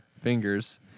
fingers